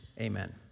Amen